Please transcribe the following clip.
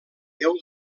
déu